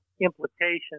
implications